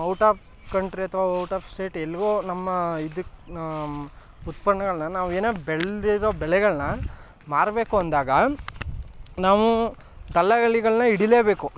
out of country ಅಥವಾ out of state ಎಲ್ಲಿಗೋ ನಮ್ಮ ಇದು ಉತ್ಪನ್ನಗಳನ್ನ ನಾವು ಏನೇ ಬೆಳೆದಿರೋ ಬೆಳೆಗಳನ್ನ ಮಾರಬೇಕು ಅಂದಾಗ ನಾವು ದಲ್ಲಾಳಿಗಳನ್ನೇ ಹಿಡಿಲೇಬೇಕು